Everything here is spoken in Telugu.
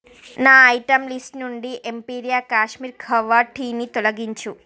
నా ఐటెం లిస్టు నుండి ఎంపీరియా కాశ్మీరీ కవ్వా టీని తొలగించు